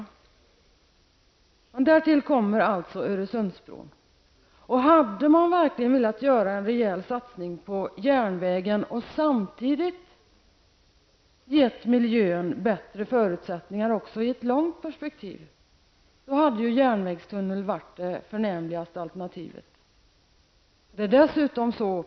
Därtill kommer alltså Öresundsbron. Hade man verkligen velat göra en rejäl satsning på järnvägen och samtidigt gett miljön bättre förutsättningar också i ett långt perspektiv, hade järnvägstunneln varit det förnämligaste alternativet.